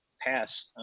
pass